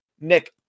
Nick